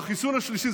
בחיסון השלישי,